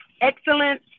excellent